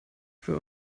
für